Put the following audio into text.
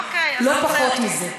אוקיי, לא פחות מזה.